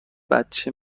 بچه